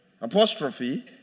apostrophe